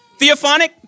theophonic